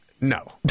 No